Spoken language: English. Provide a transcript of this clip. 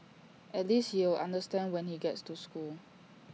at least he'll understand when he gets to school